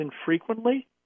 infrequently